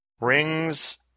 Rings